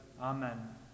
Amen